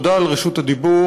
תודה על רשות הדיבור.